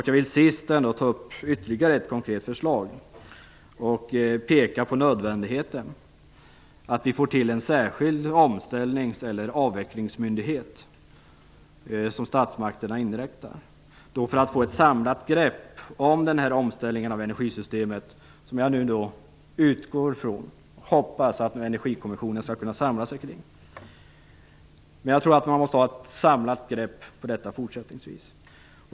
Jag vill alltså ta upp ytterligare ett konkret förslag och peka på nödvändigheten av att statsmakterna inrättar en särskild omställnings eller avvecklingsmyndighet. Då kan vi få ett samlat grepp om den här omställningen av energisystemet, som jag utgår från och hoppas på att Energikommissionen skall kunna samla sig kring. Jag tror att man måste ta ett samlat grepp fortsättningsvis.